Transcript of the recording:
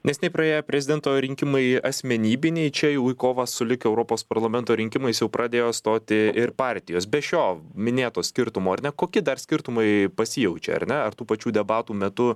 neseniai nepraėjo prezidento rinkimai asmenybiniai čia jau į kovą sulig europos parlamento rinkimais jau pradėjo stoti ir partijos be šio minėto skirtumo ar ne kokie dar skirtumai pasijaučia ar ne ar tų pačių debatų metu